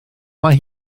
mae